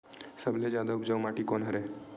सबले जादा उपजाऊ माटी कोन हरे?